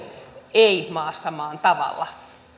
ei maassa maan tavalla